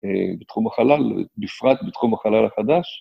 בתחום החלל, בפרט בתחום החלל החדש.